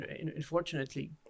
unfortunately